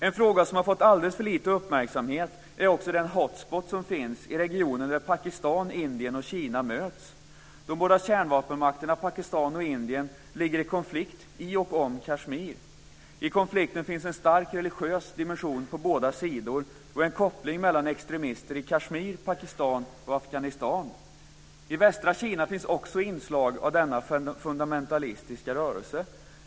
En fråga som har fått alldeles för lite uppmärksamhet är den hot spot som finns i regionen där Pakistan, Indien och Kina möts. De båda kärnvapenmakterna Pakistan och Indien ligger i konflikt i och om Kashmir. I konflikten finns en stark religiös dimension på båda sidor och en koppling mellan extremister i Kashmir, Pakistan och Afghanistan. I västra Kina finns också inslag av denna fundamentalistiska rörelse.